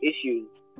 issues